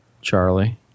Charlie